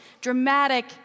dramatic